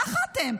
ככה אתם.